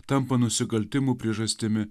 tampa nusikaltimų priežastimi